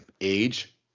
age